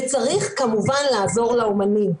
וצריך כמובן לעזור לאומנים.